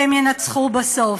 והם ינצחו בסוף.